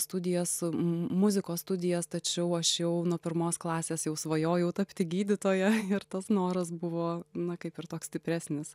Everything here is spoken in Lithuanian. studijas muzikos studijas tačiau aš jau nuo pirmos klasės jau svajojau tapti gydytoja ir tas noras buvo na kaip ir toks stipresnis